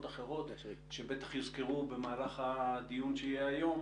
אחרות שבטח יוזכרו במהלך הדיון שיהיה היום,